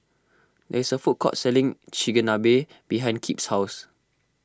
there is a food court selling Chigenabe behind Kip's house